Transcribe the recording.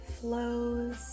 flows